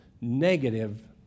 negative